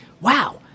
Wow